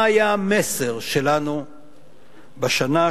מה היה המסר שלנו בשנה,